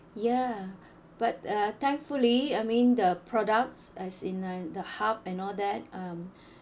ya but uh thankfully I mean the products as in I the hub and all that um